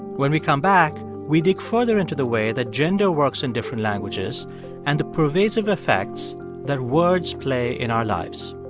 when we come back, we dig further into the way that gender works in different languages and the pervasive effects that words play in our lives.